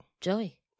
Joey